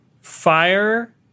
Fire